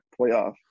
playoff